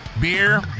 Beer